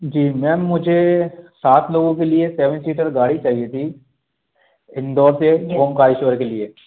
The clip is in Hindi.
जी मैम मुझे सात लोगों के लिए सेवन सिटर गाड़ी चाहिए थी इंदौर से ओंकारेश्वर के लिए